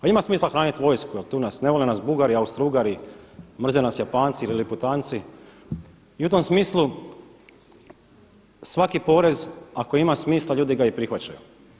A ima smisla hraniti vojsku jer tu nas, ne vole nas Bugari, Austrougari, mrze nas Japanci, … i u tom smislu svaki porez ako ima smisla ljudi ga i prihvaćaju.